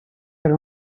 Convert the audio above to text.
per